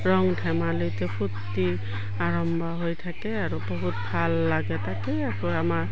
ৰং ধেমালৈতে ফূ্ৰ্তি আৰম্ভ হৈ থাকে আৰু বহুত ভাল লাগে তাকেই আৰু আমাৰ